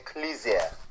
ecclesia